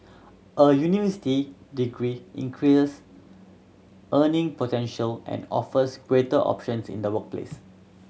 a university degree increase earning potential and offers greater options in the workplace